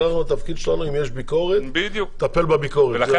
התפקיד שלנו אם יש ביקורת זה לטפל בביקורת.